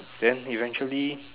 then eventually